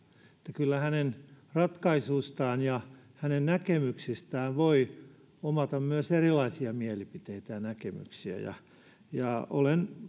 kyllä hänen ratkaisuistaan ja hänen näkemyksistään voi omata myös erilaisia mielipiteitä ja näkemyksiä ja ja olen